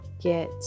get